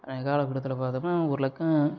இன்னைக்கு காலக்கட்டத்தில் பார்த்தோம்னா ஓரளவுக்கு